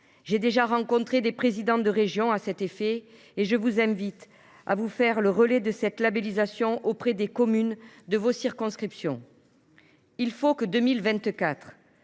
J’ai déjà rencontré des présidents de région à cet effet, et je vous invite à vous faire le relais de cette labélisation auprès des communes de vos territoires. Il faut que 2024